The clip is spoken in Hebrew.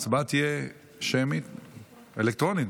ההצבעה תהיה שמית, אלקטרונית,